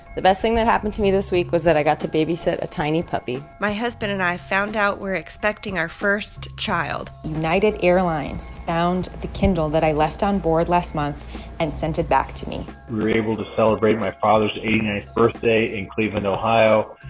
the best thing that happened to me this week was that i got to babysit a tiny puppy my husband and i found out we're expecting our first child united airlines found the kindle that i left onboard last month and sent it back to me we were able to celebrate my father's eighty ninth birthday in cleveland, ohio,